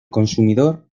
consumidor